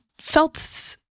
felt